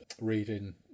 reading